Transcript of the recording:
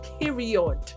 period